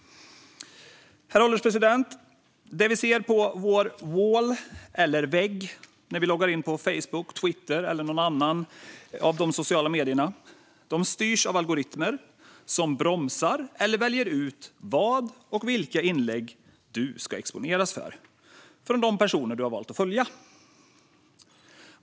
Herr ålderspresident! Det vi ser på vår "wall", eller vägg, när vi loggar in på Facebook, Twitter eller andra sociala medier styrs av algoritmer som bromsar eller väljer ut vad och vilka inlägg du ska exponeras för från de personer du har valt att följa.